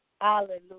Hallelujah